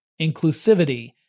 inclusivity